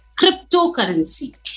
Cryptocurrency